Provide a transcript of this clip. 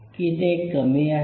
की ते कमी आहे